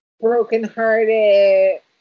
brokenhearted